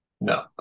No